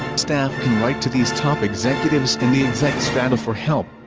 staff can write to these top executives in the exec strata for help.